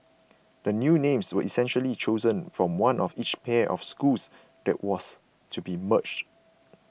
the new names were essentially chosen from one of each pair of schools that was to be merged